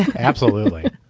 absolutely.